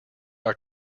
are